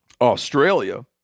Australia